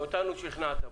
אותנו שכנעת.